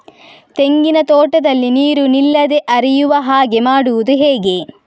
ತೆಂಗಿನ ತೋಟದಲ್ಲಿ ನೀರು ನಿಲ್ಲದೆ ಹರಿಯುವ ಹಾಗೆ ಮಾಡುವುದು ಹೇಗೆ?